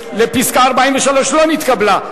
הסתייגות 43 לא נתקבלה.